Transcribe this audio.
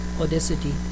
audacity